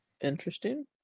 interesting